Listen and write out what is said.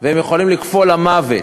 הם יכולים לקפוא למוות,